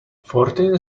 fourteen